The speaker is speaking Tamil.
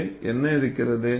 எனவே என்ன இருக்கிறது